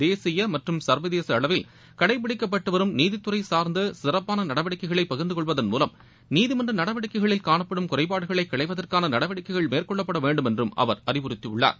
தேசிய மற்றும் சுர்வதேச அளவில் கடைபிடிக்கப்பட்டு வரும் நீதித்துறை சுசார்ந்த சிறப்பான நடவடிக்கைகளை பகிர்ந்து பகிர்ந்து கொள்வதன் மூலம் நீதிமன்ற நடவடிக்கைகளில் காணப்படும் குறைபாடுகளைக் களைவதற்கான நடவடிக்கைகள் மேற்கொள்ளப்பட வேண்டும் என்று அவர் அறிவுறத்தியுள்ளார்